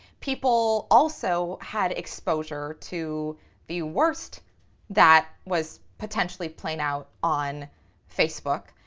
people also had exposure to the worst that was potentially playing out on facebook